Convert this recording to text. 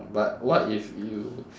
but what if you